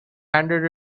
handed